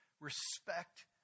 Respect